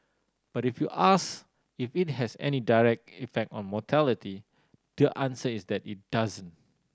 but if you ask if it has any direct effect on mortality the answer is that it doesn't